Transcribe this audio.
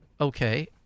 Okay